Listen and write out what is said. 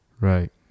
right